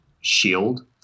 shield